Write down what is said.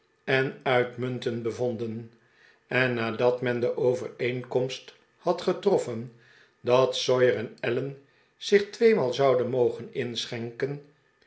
en uitmuntend bevonden en nadat men de overeenkomst had getroffen dat sawyer en allen zich tweemaal zouden mogen inschenken